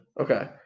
Okay